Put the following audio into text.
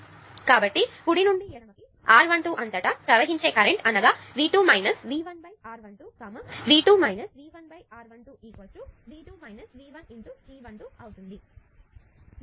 కాబట్టి కుడి నుండి ఎడమకు R12 అంతటా ప్రవహించే కరెంటు అనగా V2 V1 R12 V2 V1 R12 V2 V1 ×G12 అవుతుంది